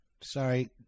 sorry